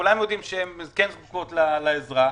שכולם יודעים שהן כן זקוקות לעזרה,